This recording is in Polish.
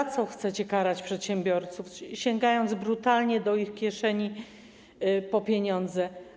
Za co chcecie karać przedsiębiorców, sięgając brutalnie do ich kieszeni po pieniądze?